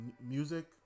music